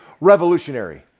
revolutionary